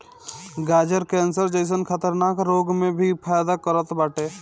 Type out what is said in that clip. गाजर कैंसर जइसन खतरनाक रोग में भी फायदा करत बाटे